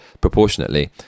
proportionately